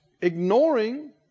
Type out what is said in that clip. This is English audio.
ignoring